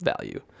value